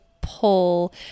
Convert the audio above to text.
pull